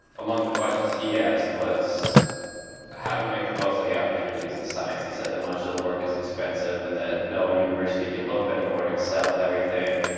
among the questions he asked was how to make the most of the opportunities in science. he said, that most of the work is expensive, and that no university can hope anymore to excel in everything.